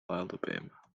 alabama